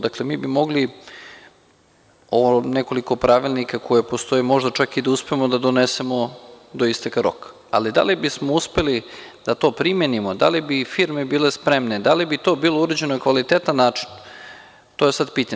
Dakle, mi bi mogli ovo nekoliko pravilnika koji postoje možda čak i da uspemo da donesemo do isteka roka, ali da li bismo uspeli da to primenimo, da li bi firme bile spremne, da li bi to bilo uređeno na kvalitetan način, to je sada pitanje.